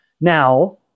Now